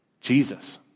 Jesus